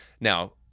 Now